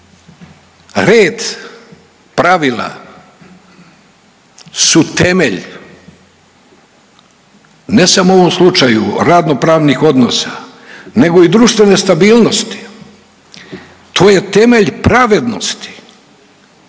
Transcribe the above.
Red pravila su temelj ne samo u ovom slučaju radnopravnih odnosa nego i društvene stabilnosti, to je temelj pravednosti,